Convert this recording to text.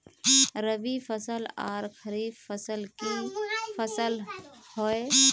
रवि फसल आर खरीफ फसल की फसल होय?